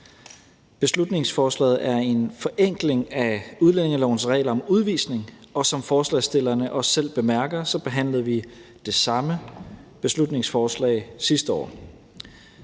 Beslutningsforslaget er en forenkling af udlændingelovens regler om udvisning, og som forslagsstillerne også selv bemærker, behandlede vi det samme beslutningsforslag sidste år.